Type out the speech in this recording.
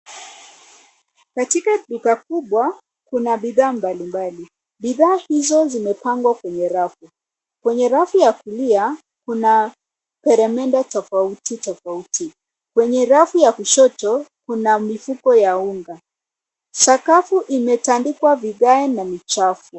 Katika duka kubwa, kuna bidhaa mbalimbali. Bidhaa hizo zimepangwa kwenye rafu. Kwenye rafu ya kulia, kuna peremende tofauti tofauti. Kwenye rafu ya kushoto, kuna mifuko ya unga. Sakafu imetandikwa vigae na ni chafu.